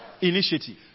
Initiative